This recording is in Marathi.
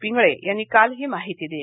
पिंगळे यांनी काल ही माहिती दिली